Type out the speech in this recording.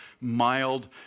mild